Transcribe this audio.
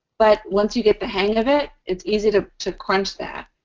but once you get the hang of it, it's easy to to crunch that.